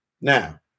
now